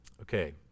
Okay